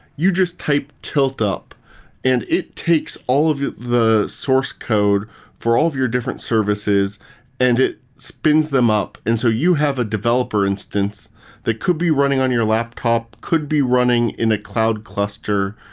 you just type tilt up and it takes all of the the source code for all of your different services and it spins them up. and so you have a developer instance that could be running on your laptop, could be running in a cloud cluster,